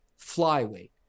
flyweight